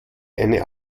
eine